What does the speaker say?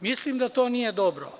Mislim da to nije dobro.